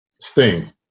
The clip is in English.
Sting